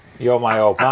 you're my old